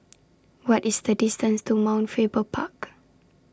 What IS The distance to Mount Faber Park